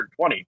120